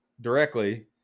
directly